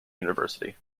university